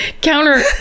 counter